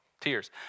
tears